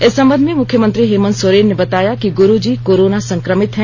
इस संबंध में मुख्यमंत्री हेमंत सोरेन ने बताया कि गुरुजी कोरोना संक्रमित हैं